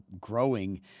growing